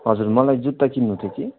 हजुर मलाई जुत्ता किन्नु थियो कि